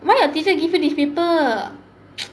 why your teacher give you this paper